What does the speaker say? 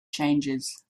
changes